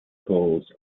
calls